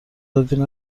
دادین